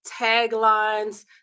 taglines